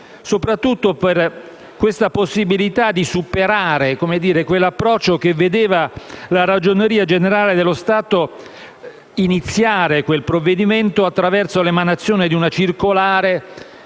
soprattutto per la possibilità di superare l'approccio che vedeva la Ragioneria generale dello Stato iniziare quel provvedimento attraverso l'emanazione di una circolare